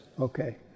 okay